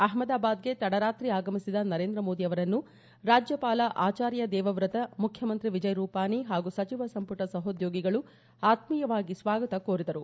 ಅಹಮದಾಬಾದ್ಗೆ ತಡರಾತ್ರಿ ಆಗಮಿಸಿದ ನರೇಂದ್ರ ಮೋದಿ ಅವರನ್ನು ರಾಜ್ಲಪಾಲ ಆಚಾರ್ಯ ದೇವವ್ರತ ಮುಖ್ಯಮಂತ್ರಿ ವಿಜಯ್ ರೂಪಾನಿ ಹಾಗೂ ಸಚಿವ ಸಂಪುಟ ಸಹೋದ್ಲೋಗಿಗಳು ಆತ್ಮೀಯವಾಗಿ ಸ್ವಾಗತ ಕೋರಿದರು